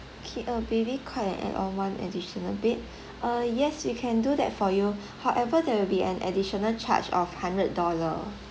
okay a baby cot and add on one additional bed err yes we can do that for you however there will be an additional charge of hundred dollar